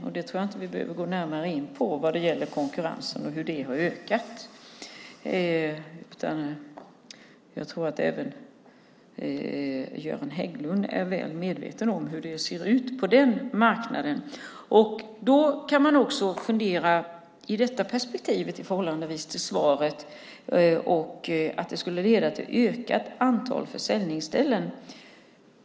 Vi kanske inte närmare behöver gå in på hur det har ökat konkurrensen. Göran Hägglund är nog väl medveten om hur det ser ut på den marknaden. I det perspektivet kan man fundera över det som står i svaret, att det skulle leda till ökat antal försäljningsställen.